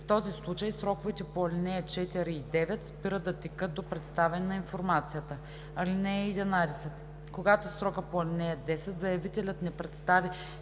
В този случай сроковете по ал. 4 и 9 спират да текат до представяне на информацията. (11) Когато в срока по ал. 10 заявителят не представи